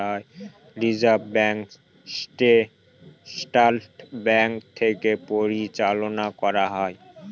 reserve bank central সরকার থেকে পরিচালনা করা হয়